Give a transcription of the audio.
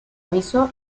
aviso